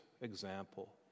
example